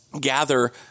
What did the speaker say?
gather